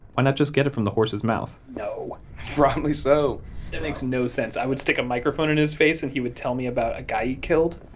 why not just get it from the horse's mouth? no probably so that makes no sense. i would stick a microphone in his face and he would tell me about a guy he killed?